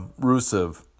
Rusev